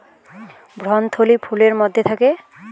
ভ্রূণথলি ফুলের মধ্যে থাকে